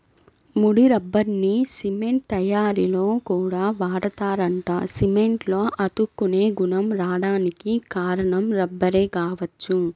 ముడి రబ్బర్ని సిమెంట్ తయ్యారీలో కూడా వాడతారంట, సిమెంట్లో అతుక్కునే గుణం రాడానికి కారణం రబ్బరే గావచ్చు